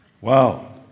Wow